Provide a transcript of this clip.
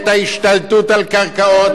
את ההשתלטות על קרקעות,